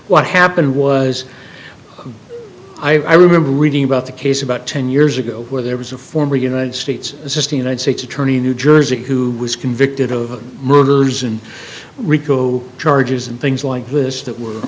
what happened was i remember reading about the case about ten years ago where there was a former united states assisting united states attorney in new jersey who was convicted of murders and rico charges and things like this that were